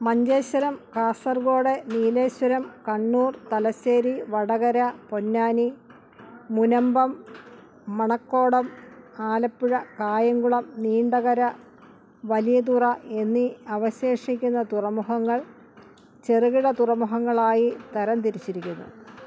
മഞ്ചേശ്വരം കാസർഗോഡ് നീലേശ്വരം കണ്ണൂർ തലശ്ശേരി വടകര പൊന്നാനി മുനമ്പം മണക്കോടം ആലപ്പുഴ കായംകുളം നീണ്ടകര വലിയതുറ എന്നീ അവശേഷിക്കുന്ന തുറമുഖങ്ങൾ ചെറുകിട തുറമുഖങ്ങളായി തരം തിരിച്ചിരിക്കുന്നു